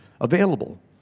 available